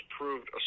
proved